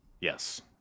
Yes